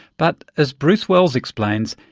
but as bruce wells explains,